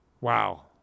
Wow